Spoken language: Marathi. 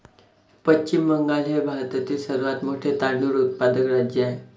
पश्चिम बंगाल हे भारतातील सर्वात मोठे तांदूळ उत्पादक राज्य आहे